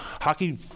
hockey